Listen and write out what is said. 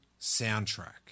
soundtrack